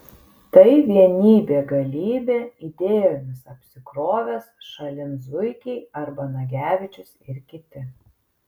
tai vienybė galybė idėjomis apsikrovęs šalin zuikiai arba nagevičius ir kiti